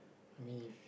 I mean if